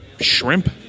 shrimp